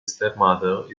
stepmother